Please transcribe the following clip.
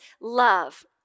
love